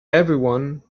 everyone